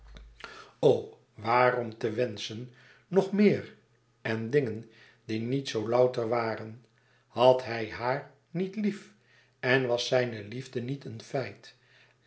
waarom te wenschen nog meer en dingen die niet zoo louter waren had hij haar niet lief en was zijne liefde niet een feit